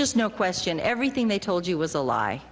just no question everything they told you was a